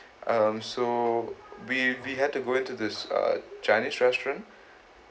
um so we we had to go into this uh chinese restaurant